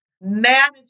manage